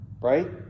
right